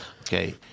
Okay